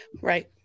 Right